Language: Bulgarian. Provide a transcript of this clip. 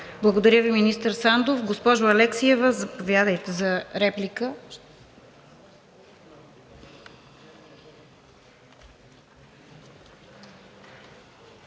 Благодаря Ви, министър Сандов. Госпожо Алексиева, заповядайте за реплика.